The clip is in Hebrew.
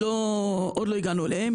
עוד לא הגענו אליהם.